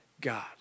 God